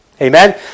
Amen